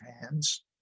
hands